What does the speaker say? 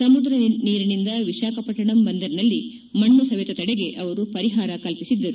ಸಮುದ್ರ ನೀರಿನಿಂದ ವಿಶಾಖಪಟ್ಟಣಂ ಬಂದರಿನಲ್ಲಿ ಮಣ್ನು ಸವೆತ ತಡೆಗೆ ಅವರು ಪರಿಹಾರ ಕಲ್ಪಿಸಿದ್ದರು